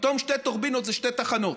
פתאום שתי טורבינות זה שתי תחנות.